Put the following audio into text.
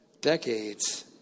decades